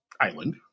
island